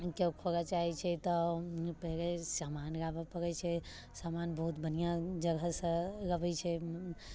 केओ खोलऽ चाहैत छै तऽ पहिले समान लाबऽ पड़ैत छै समान बहुत बढ़िआँ जगहसँ लबैत छै